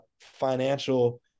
financial